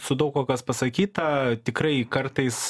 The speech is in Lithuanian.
su daug kuo kas pasakyta tikrai kartais